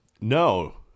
No